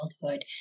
childhood